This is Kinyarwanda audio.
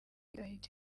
igahita